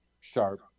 sharp